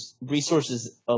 resources